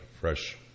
fresh